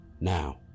now